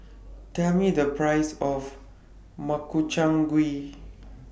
Tell Me The Price of Makchang Gui